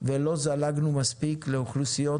ולא זלגנו מספיק לאוכלוסיות